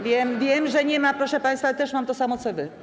Wiem, że nie ma, proszę państwa, też mam to samo, co wy.